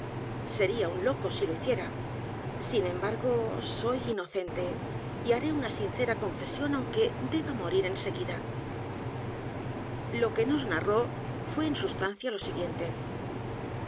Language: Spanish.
u n loco si lo hiciera sin e m b a r g o soy inocente y haré u n a sincera confesión aunque deba morir en seguida lo que nos n a r r ó fué en sustancia lo siguiente